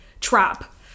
trap